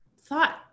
thought